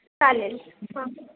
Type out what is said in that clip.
चालेल हां